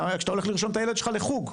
גם כשאתה הולך לרשום את הילד שלך לחוג,